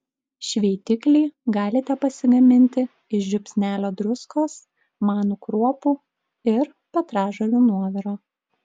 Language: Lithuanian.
šveitiklį galite pasigaminti iš žiupsnelio druskos manų kruopų ir petražolių nuoviro